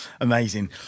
Amazing